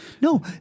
No